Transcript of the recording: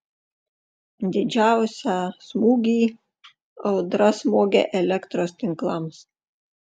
didžiausią smūgį audra smogė elektros tinklams